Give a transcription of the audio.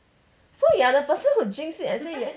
so you are the person who jinx it